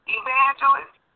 evangelist